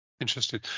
Interesting